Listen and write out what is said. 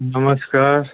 नमस्कार